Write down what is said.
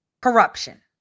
corruption